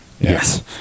Yes